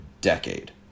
decade